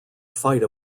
fight